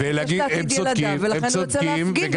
הוא חושש לעתיד ילדיו והוא יוצא להפגין וזה בסדר.